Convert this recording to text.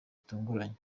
gitunguranye